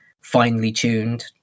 finely-tuned